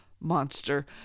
monster